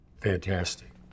Fantastic